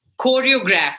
choreograph